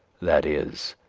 that is,